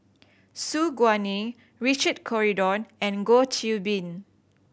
Su Guaning Richard Corridon and Goh Qiu Bin